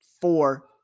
four